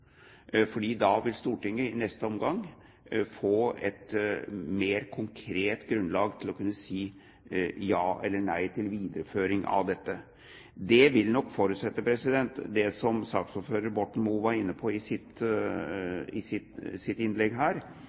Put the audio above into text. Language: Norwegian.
da vil Stortinget i neste omgang få et mer konkret grunnlag for å kunne si ja eller nei til videreføring av dette. Det vil nok forutsette det som saksordføreren, Borten Moe, var inne på i sitt innlegg her, at man ser dette i